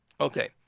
Okay